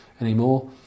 anymore